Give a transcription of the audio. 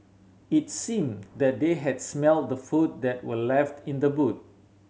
it seemed that they had smelt the food that were left in the boot